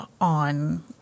on